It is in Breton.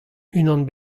unan